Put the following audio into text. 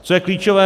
Co je klíčové